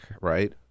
right